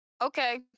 Okay